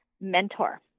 mentor